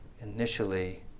initially